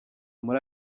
muri